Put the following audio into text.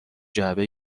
جعبه